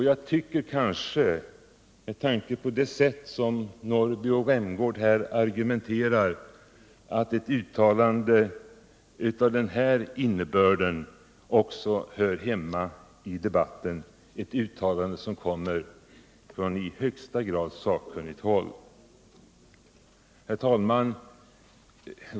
Jag tycker kanske, med tanke på det sätt herrar Norrby och Rämgård argumenterar, att ett uttalande av den här innebörden också hör hemma i debatten — ett uttalande som kommer från i högsta grad sakkunnigt håll. Herr talman!